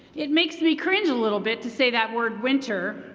it makes me cringe a little bit to say that word, winter.